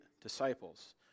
disciples